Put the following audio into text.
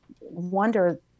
wonder